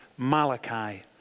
Malachi